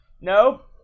Nope